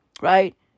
right